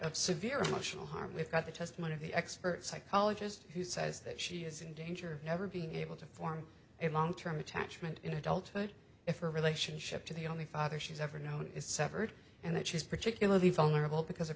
of severe emotional harm we've got the testimony of the expert psychologist who says that she is in danger never being able to form a long term attachment in adulthood if her relationship to the only father she's ever known is severed and that she's particularly vulnerable because of